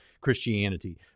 Christianity